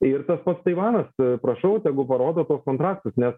ir tas pats taivanas prašau tegu parodo tuos kontrastus nes